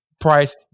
price